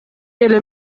эле